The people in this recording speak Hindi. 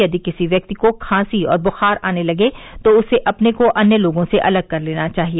यदि किसी व्यक्ति को खांसी और बुखार आने लगे तो उसे अपने को अन्य लोगों से अलग कर लेना चाहिए